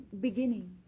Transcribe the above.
beginning